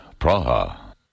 Praha